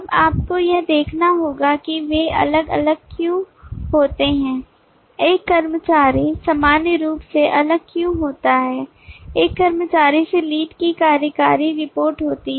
अब आपको यह देखना होगा कि वे अलग अलग क्यों होते हैं एक कर्मचारी सामान्य रूप से अलग क्यों होता है एक कर्मचारी से लीड की कार्यकारी रिपोर्ट होती है